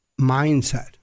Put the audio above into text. mindset